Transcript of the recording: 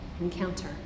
encounter